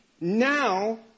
now